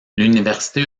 l’université